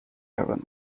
haven